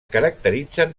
caracteritzen